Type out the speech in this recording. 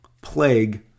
plague